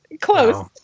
close